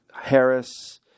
Harris